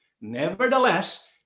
Nevertheless